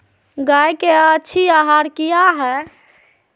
गाय के अच्छी आहार किया है?